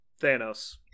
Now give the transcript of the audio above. Thanos